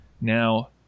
now